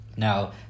Now